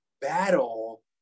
battle